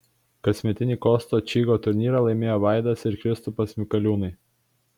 kasmetinį kosto čygo turnyrą laimėjo vaidas ir kristupas mikaliūnai